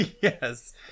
yes